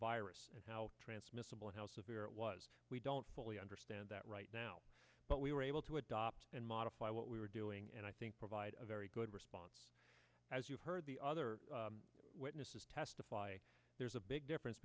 transmissible how severe it was we don't fully understand that right now but we were able to adopt and modify what we were doing and i think provide a very good response as you heard the other witnesses testify there's a big difference